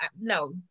No